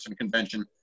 convention